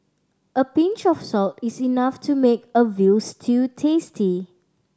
a pinch of salt is enough to make a veal stew tasty